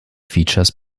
features